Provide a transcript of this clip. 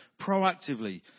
proactively